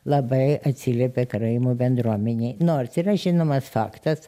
labai atsiliepė karaimų bendruomenei nors yra žinomas faktas